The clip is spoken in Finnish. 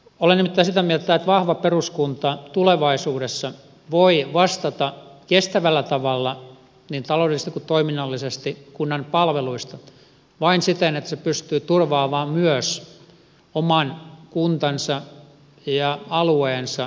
olen nimittäin sitä mieltä että vahva peruskunta tulevaisuudessa voi vastata kestävällä tavalla niin taloudellisesti kuin toiminnallisesti kunnan palveluista vain siten että se pystyy turvaamaan myös oman kuntansa ja alueensa elinvoiman